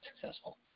successful